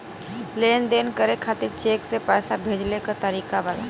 लेन देन करे खातिर चेंक से पैसा भेजेले क तरीकाका बा?